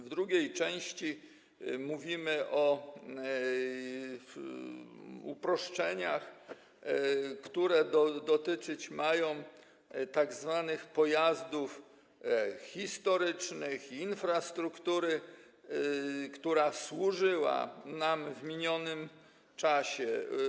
W drugiej części mówimy o uproszczeniach, które mają dotyczyć tzw. pojazdów historycznych i infrastruktury, która służyła nam w minionym czasie.